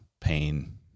pain